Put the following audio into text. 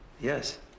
Yes